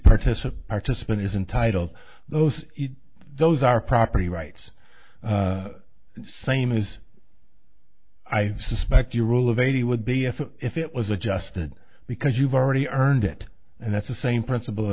participant participant is entitled those those are property rights same as i suspect your rule of eighty would be if it was adjusted because you've already earned it and that's the same principle